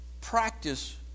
Practice